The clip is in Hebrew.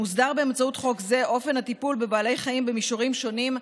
מוסדר באמצעות חוק זה אופן הטיפול בבעלי חיים במישורים שונים,